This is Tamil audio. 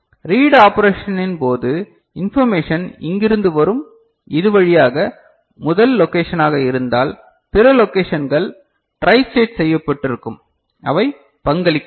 ரீட் ஆபரேஷனின் போது இன்பர்மேஷன் இங்கிருந்து வரும் இது வழியாக முதல் லோகேஷனாக இருந்தால் பிற லொகேஷன்கள் ட்ரை ஸ்டேட் செய்யப்பட்டிருக்கும் அவை பங்களிக்காது